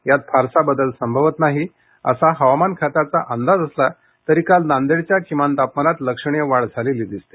यात फारसा बदल संभवत नाही असा हवामान खात्याचा अंदाज असला तरी काल नांदेडच्या किमान तापमानात लक्षणीय वाढ झालेली दिसते